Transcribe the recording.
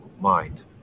mind